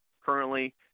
currently